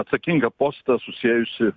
atsakingą postą susiejusį